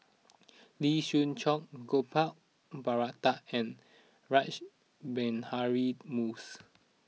Lee Siew Choh Gopal Baratham and Rash Behari Bose